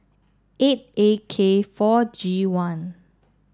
eight A K four G one